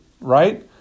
right